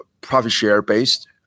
profit-share-based